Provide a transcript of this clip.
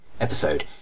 episode